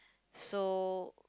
so